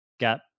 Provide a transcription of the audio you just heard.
got